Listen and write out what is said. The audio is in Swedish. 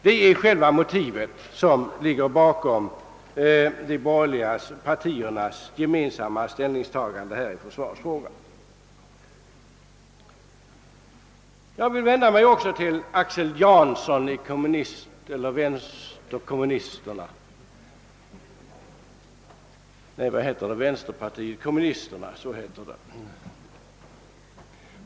Detta är det motiv som i själva verket ligger bakom de borgerliga partiernas gemensamma <ställningstagande i försvarsfrågan. Jag vill också vända mig till Axel Jansson i vänsterpartiet kommunisterna.